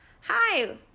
Hi